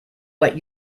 what